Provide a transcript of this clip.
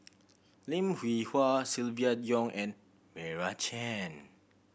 Lim Hwee Hua Silvia Yong and Meira Chand